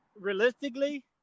Realistically